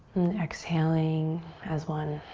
and exhaling as one.